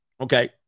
Okay